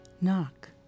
Knock